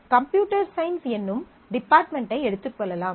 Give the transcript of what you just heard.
computer science என்னும் டிபார்ட்மென்டை எடுத்துக்கொள்ளலாம்